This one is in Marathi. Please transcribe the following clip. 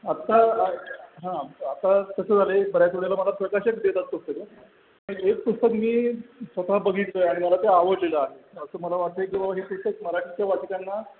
आत्ता हां आता कसं झालं आहे बऱ्याच वेळेला मला प्रकाशक देतात पुस्तकं पण एक पुस्तक मी स्वतः बघितलं आहे आणि मला ते आवडलेलं आहे असं मला वाटतं आहे की बाबा हे पुस्तक मराठीच्या वाचकांना